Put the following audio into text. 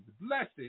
blessed